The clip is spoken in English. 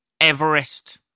Everest